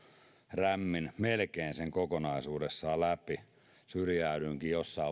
rämmin sen melkein kokonaisuudessaan läpi syrjäydyinkin jossain